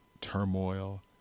turmoil